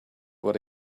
what